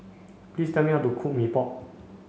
please tell me how to cook Mee Pok